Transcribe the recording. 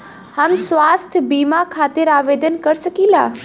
हम स्वास्थ्य बीमा खातिर आवेदन कर सकीला?